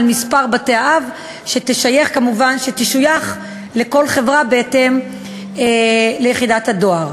על מספר בתי-האב שישויכו לכל יחידת דואר.